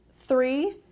Three